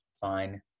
fine